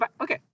okay